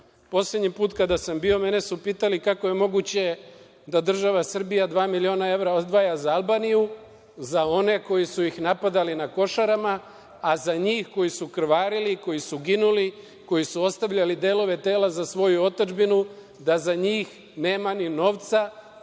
Poslednji put kada sam bio, mene su pitali - kako je moguće da država Srbija dva miliona evra odvaja za Albaniju, za one koji su ih napadali na Košarama, a za njih koji su krvarili, koji su ginuli, koji su ostavljali delove tela za svoju otadžbinu, da za njih nema ni novca,